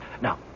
Now